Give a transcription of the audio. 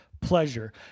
pleasure